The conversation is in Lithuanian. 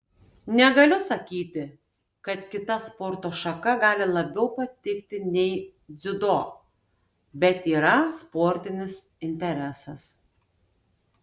negaliu sakyti kad kita sporto šaka gali labiau patikti nei dziudo bet yra sportinis interesas